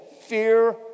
fear